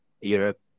Europe